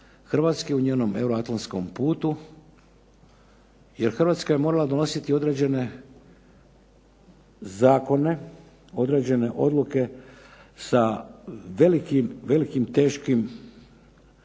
Hrvatske u njenom euroatlantskom putu, jer Hrvatska je morala donositi određene zakone, određene odluke sa velikim, teškim